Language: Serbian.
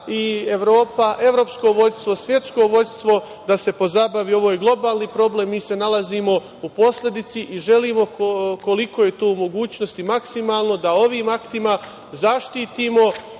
mora i evropsko vođstvo, svetsko vođstvo da se pozabavi, jer je ovo globalni problem. Mi se nalazimo u posledici i želimo, koliko je to u mogućnosti, maksimalno, da ovim aktima zaštitimo